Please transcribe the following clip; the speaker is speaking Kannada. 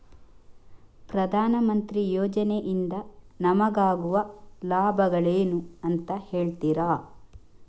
ಪ್ರಧಾನಮಂತ್ರಿ ಯೋಜನೆ ಇಂದ ನಮಗಾಗುವ ಲಾಭಗಳೇನು ಅಂತ ಹೇಳ್ತೀರಾ?